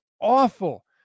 awful